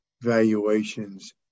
valuations